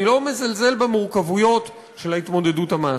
אני לא מזלזל במורכבויות של ההתמודדות המעשית,